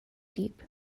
deep